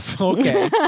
okay